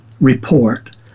report